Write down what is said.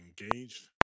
engaged